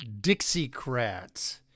Dixiecrats